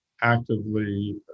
actively